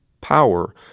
power